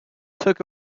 took